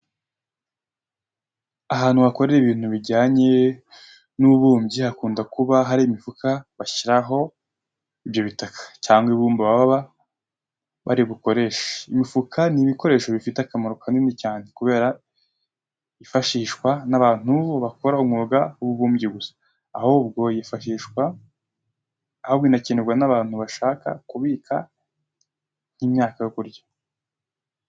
Ahantu bakorera ibintu bijyanye n'ububumbyi hakunda kuba hari imifuka bashyiraho ibyo bitaka cyangwa ibumba baba bari bukoreshe. Imifuka ni ibikoresho bifite akamaro kanini cyane kubera itifashishwa n'abantu bakora umwuga w'ububumbyi gusa, ahubwo inakenerwa n'abantu bashaka kubika nk'imyaka yo kurya.